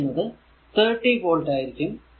v എന്നത് 30 volt ആയിരിക്കും